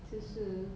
就是